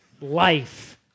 life